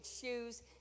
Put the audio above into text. shoes